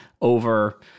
over